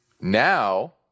Now